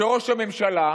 שראש הממשלה,